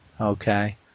Okay